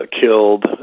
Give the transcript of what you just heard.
killed